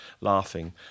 laughing